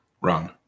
run